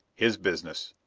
his business.